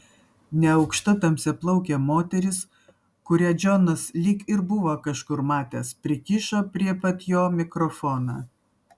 neaukšta tamsiaplaukė moteris kurią džonas lyg ir buvo kažkur matęs prikišo prie pat jo mikrofoną